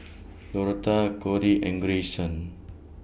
Dortha Kori and Greyson